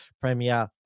Premier